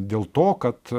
dėl to kad